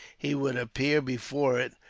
he would appear before it.